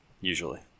usually